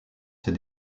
ses